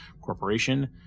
Corporation